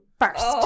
first